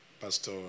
Pastor